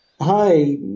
Hi